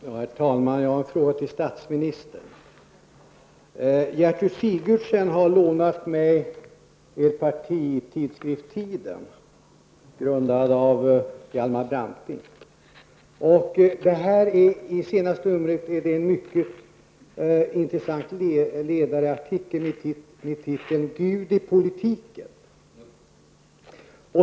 Herr talman! Jag har en fråga till statsministern. Gertrud Sigurdsen har lånat mig ett exemplar av partitidskriften Tiden -- en tidskrift som är grundad av Hjalmar Branting. I senaste numret av denna tidskrift finns det en mycket intressant ledarartikel som har rubriken ''Gud i politiken''.